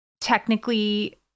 technically